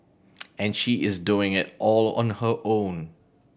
and she is doing it all on her own